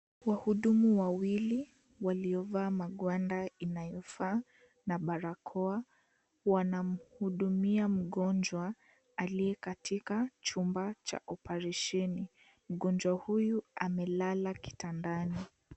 Wahudumu wawili waliovaa magwanda inayofaa na barakoa wanamhudumia mgonjwa aliye katika chumba cha oparesheni. Mgonjwa huyu amelala kitandani.